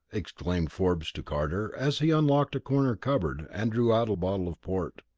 exclaimed forbes to carter, as he unlocked a corner cupboard and drew out a bottle of port.